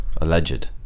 alleged